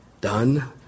done